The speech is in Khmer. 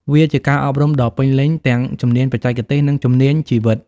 វាជាការអប់រំដ៏ពេញលេញទាំងជំនាញបច្ចេកទេស និងជំនាញជីវិត។